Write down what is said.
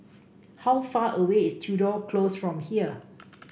how far away is Tudor Close from here